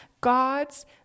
God's